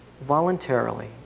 voluntarily